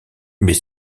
mais